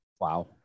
Wow